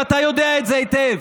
ואתה יודע את זה היטב.